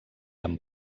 amb